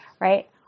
right